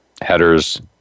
headers